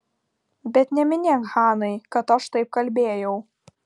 bet neminėk hanai kad aš taip kalbėjau